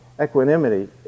equanimity